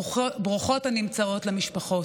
ברוכות הנמצאות למשפחות.